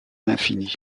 l’infini